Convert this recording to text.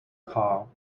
car